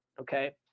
Okay